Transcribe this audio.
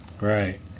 right